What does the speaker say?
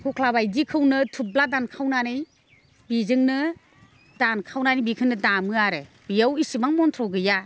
हख्लाबायदिखौनो थुब्ला दानखावनानै बेजोंनो दानखावनानै बेखौनो दामो आरो बेयाव इसेबां मन्थ्र' गैया